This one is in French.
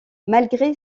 malgré